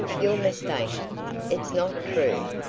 you're mistaken it's not true.